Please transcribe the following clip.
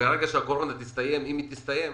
ברגע שהקורונה תסתיים, אם היא תסתיים,